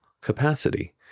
capacity